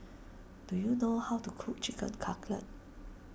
do you know how to cook Chicken Cutlet